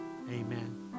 amen